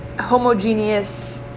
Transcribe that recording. homogeneous